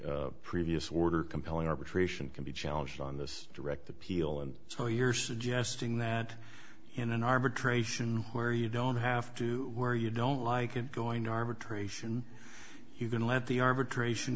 previous order compelling arbitration can be challenged on this direct appeal and so you're suggesting that in an arbitration where you don't have to where you don't like it going to arbitration you can let the arbitration